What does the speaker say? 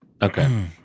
Okay